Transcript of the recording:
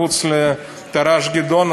מחוץ לתר"ש "גדעון",